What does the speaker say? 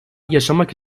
yaşamak